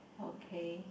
okay